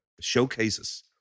showcases